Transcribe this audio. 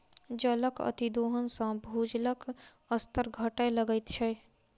जलक अतिदोहन सॅ भूजलक स्तर घटय लगैत छै